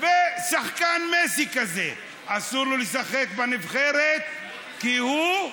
שחקן מסי כזה, אסור לו לשחק בנבחרת כי הוא לא,